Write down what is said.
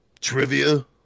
trivia